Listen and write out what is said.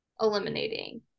eliminating